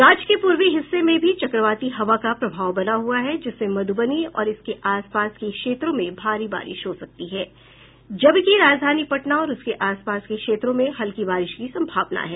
राज्य के पूर्वी हिस्से में भी चक्रवाती हवा का प्रभाव बना हुआ है जिससे मधुबनी और इसके आस पास के क्षेत्रों भारी बारिश हो सकती है जबकि राजधानी पटना और उसके आस पास के क्षेत्रों में हल्की बारिश की सम्भावना है